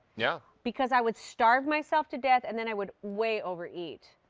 yeah. because i would starve myself to death and then i would way over eat.